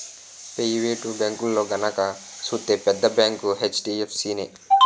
private బేంకుల్లో గనక సూత్తే పెద్ద బేంకు హెచ్.డి.ఎఫ్.సి నే